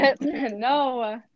No